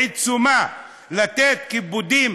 בעיצומה לתת כיבודים,